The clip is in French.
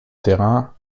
terrain